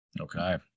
okay